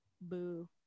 boo